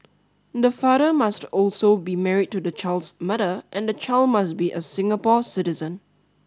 the father must also be married to the child's mother and the child must be a Singapore citizen